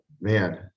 man